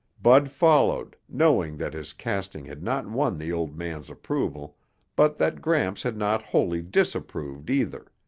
bud followed, knowing that his casting had not won the old man's approval but that gramps had not wholly disapproved either.